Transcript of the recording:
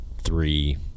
three